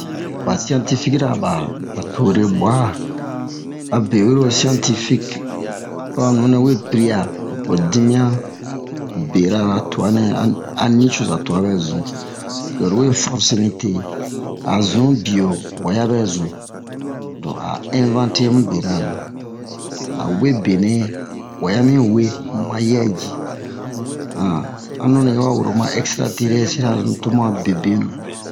ɓa siyantifikira ɓa ɓa tore ɓuwa a abe oyiro siyantifik ho a nunɛ we piri'a ho dimiyan berara twa nɛ a a nucoza twa ɓɛ zun loro we forse mite a zun biyo a ya bɛ zun donk a ɛnvante mu berara a we benɛ a ya mi we a yɛ ji um a nunɛ yi wa woro ma ekstra terɛsira o zun tomu a be benu